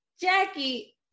Jackie